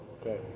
Okay